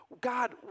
God